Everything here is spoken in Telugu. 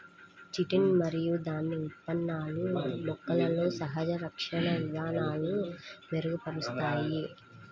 చిటిన్ మరియు దాని ఉత్పన్నాలు మొక్కలలో సహజ రక్షణ విధానాలను మెరుగుపరుస్తాయి